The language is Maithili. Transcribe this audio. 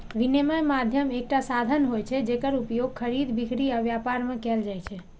विनिमय माध्यम एकटा साधन होइ छै, जेकर उपयोग खरीद, बिक्री आ व्यापार मे कैल जाइ छै